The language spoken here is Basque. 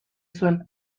zuen